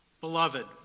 Beloved